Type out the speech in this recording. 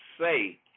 say